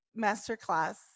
masterclass